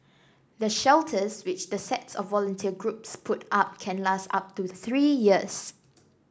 the shelters which the sets of volunteer groups put up can last up to three years